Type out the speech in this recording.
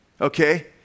okay